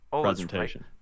presentation